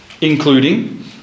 including